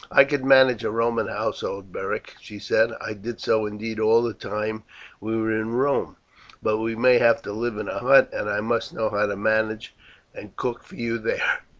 i could manage a roman household, beric, she said. i did so indeed all the time we were in rome but we may have to live in a hut, and i must know how to manage and cook for you there.